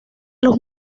los